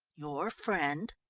your friend